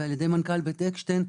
ומנכ"ל בית אקשטיין,